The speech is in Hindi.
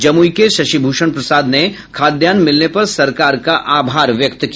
जमुई के शशिभूषण प्रसाद ने खाद्यान मिलने पर सरकार का आभार व्यक्त किया